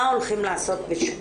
מה הולכים לעשות?